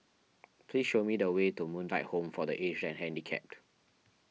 please show me the way to Moonlight Home for the Aged and Handicapped